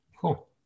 Cool